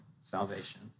salvation